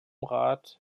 rath